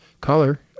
color